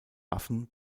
waffen